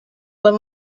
when